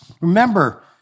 Remember